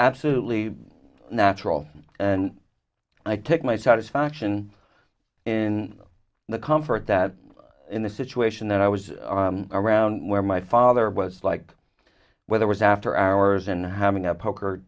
absolutely natural and i took my satisfaction in the comfort that in the situation that i was around where my father was like weather was after hours and having a poker